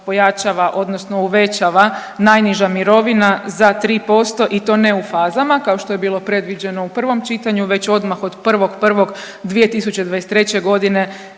pojačava odnosno uvećava najniža mirovina za 3% i to ne u fazama kao što je bilo predviđeno u prvom čitanju već odmah od 1.1.2023. godine